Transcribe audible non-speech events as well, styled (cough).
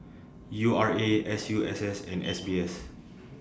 U R A S U S S and S (noise) B S